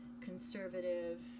conservative